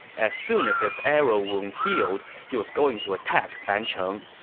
as soon as his arrow wound healed, he was going to attack fancheng.